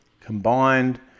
combined